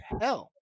hell